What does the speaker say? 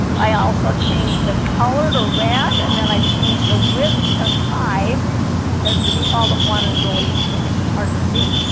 i also change the color to rab and then i change the width to five because the default of one is really skinny it's hard to see